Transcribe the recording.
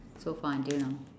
so far until now